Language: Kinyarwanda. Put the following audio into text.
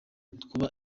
kuba